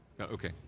Okay